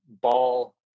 Ball